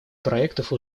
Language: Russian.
проектов